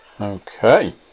Okay